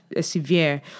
severe